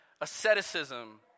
Asceticism